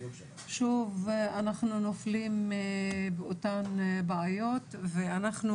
שוב אנחנו נופלים באותן בעיות ואנחנו